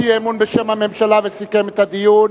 אי-אמון בשם הממשלה וסיכם את הדיון.